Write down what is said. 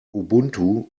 ubuntu